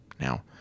Now